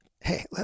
hey